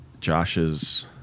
Josh's